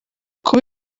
kuba